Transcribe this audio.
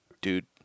dude